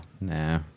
nah